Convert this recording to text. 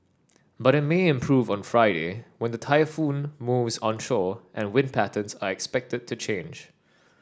but it may improve on Friday when the typhoon moves onshore and wind patterns are expected to change